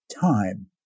time